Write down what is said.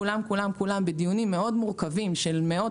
כולם בדיונים מאוד מורכבים של מאות